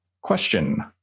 Question